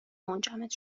منجمد